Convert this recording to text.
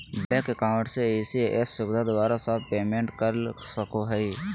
bank account ECS इ.सी.एस सुविधा द्वारा सब पेमेंट कर सको हइ